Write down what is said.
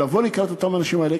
לבוא לקראת האנשים האלה,